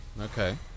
Okay